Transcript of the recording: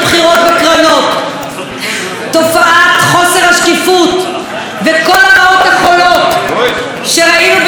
תופעת חוסר השקיפות וכל הרעות החלות שראינו בתעשיית הקולנוע,